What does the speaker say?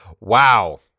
Wow